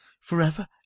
forever